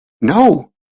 no